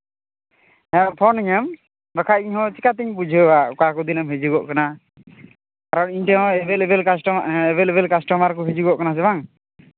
ᱦᱮᱸ ᱯᱷᱳᱱᱤᱧᱟᱢ ᱵᱟᱠᱷᱟᱱ ᱤᱧᱦᱚᱸ ᱪᱤᱠᱟᱛᱤᱧ ᱵᱷᱩᱡᱟᱹᱣᱟ ᱚᱠᱟ ᱠᱚ ᱫᱤᱱᱮᱢ ᱦᱤᱡᱩᱜᱚᱜ ᱠᱟᱱᱟ ᱛᱷᱚᱲᱟ ᱤᱧ ᱴᱷᱮᱱ ᱦᱚᱸ ᱮᱹᱵᱮᱹᱞᱮᱹᱵᱮᱹᱞ ᱠᱟᱥᱴᱚ ᱮᱹᱵᱮᱹᱞᱮᱹᱵᱮᱹᱞ ᱠᱟᱥᱴᱚᱢᱟᱨ ᱠᱚ ᱦᱤᱡᱩᱜᱚᱜ ᱠᱟᱱᱟ ᱥᱮ ᱵᱟᱝ